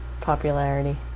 popularity